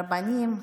רבנים,